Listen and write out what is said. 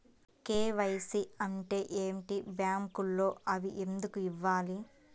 KYC అంటే ఏమిటి? బ్యాంకులో అవి ఎందుకు ఇవ్వాలి?